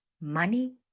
money